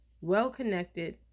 well-connected